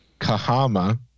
Kahama